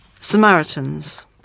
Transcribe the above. Samaritans